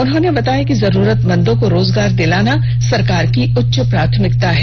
उन्होंने बताया कि जरूरतमंदों को रोजगार दिलाना सरकार की उच्च प्राथमिकता है